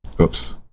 Oops